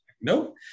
Nope